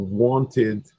wanted